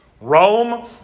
Rome